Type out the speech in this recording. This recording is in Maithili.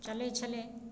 चलै छलै